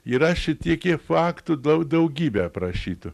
yra šitikie faktų daug daugybė aprašytų